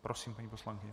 Prosím, paní poslankyně.